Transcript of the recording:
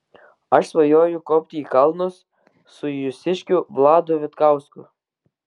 aš svajoju kopti į kalnus su jūsiškiu vladu vitkausku